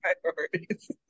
Priorities